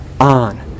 on